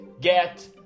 get